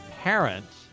Parents